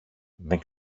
δεν